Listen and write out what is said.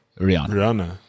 Rihanna